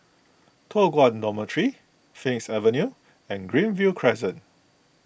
Toh Guan Dormitory Phoenix Avenue and Greenview Crescent